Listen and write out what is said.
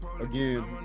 again